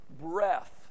breath